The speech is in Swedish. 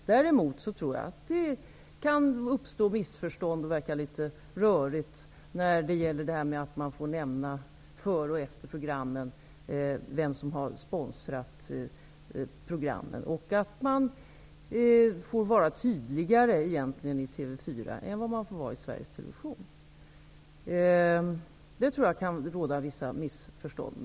Däremot kan det uppstå missförstånd, eller verka litet rörigt, när det gäller att man före och efter programmen får nämna vem som har sponsrat programmen. Man får i TV 4 vara tydligare än vad man får vara i Här tror jag att det kan råda vissa missförstånd.